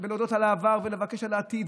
להודות על העבר ולבקש על העתיד,